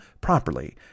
properly